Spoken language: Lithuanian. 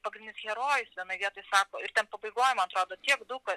pagrindinis herojus vienoj vietoj sako ir ten pabaigoj man atrodo tiek daug